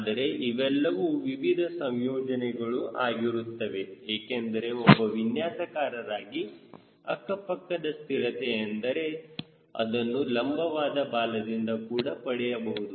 ಆದರೆ ಇವೆಲ್ಲವೂ ವಿವಿಧ ಸಂಯೋಜನೆಗಳು ಆಗಿರುತ್ತವೆ ಏಕೆಂದರೆ ಒಬ್ಬ ವಿನ್ಯಾಸಕಾರರಾಗಿ ಅಕ್ಕಪಕ್ಕದ ಸ್ಥಿರತೆ ಎಂದರೆ ಅದನ್ನು ಲಂಬವಾದ ಬಾಲದಿಂದ ಕೂಡ ಪಡೆಯಬಹುದು